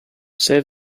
save